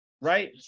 right